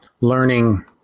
learning